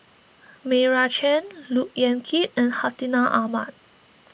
Meira Chand Look Yan Kit and Hartinah Ahmad